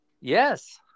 yes